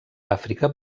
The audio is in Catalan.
àfrica